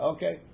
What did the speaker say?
Okay